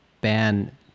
ban